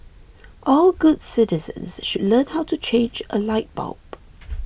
all good citizens should learn how to change a light bulb